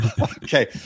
Okay